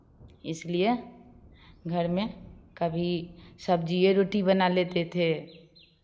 इसलिए घर में कभी सब्जिए रोटी बना लेते थे